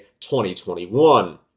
2021